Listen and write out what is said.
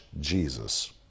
Jesus